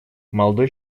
молодой